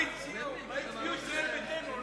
מה הצביעו ישראל ביתנו?